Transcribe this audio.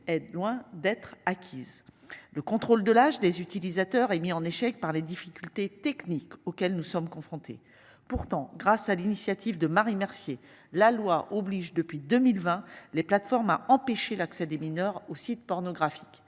est loin d'être acquise. Le contrôle de l'âge des utilisateurs et mis en échec par les difficultés techniques auxquelles nous sommes confrontés. Pourtant grâce à l'initiative de Marie Mercier, la loi oblige depuis 2020 les plateformes à empêcher l'accès des mineurs aux sites pornographiques